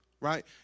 right